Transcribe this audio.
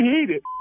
heated